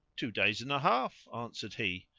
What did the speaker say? two days and a half, answered he,